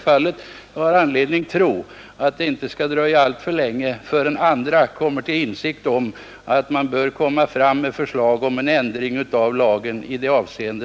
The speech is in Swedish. Jag har anledning att tro att det inte skall dröja alltför länge innan man kommer till insikt om att lagen bör ändras i detta avseende.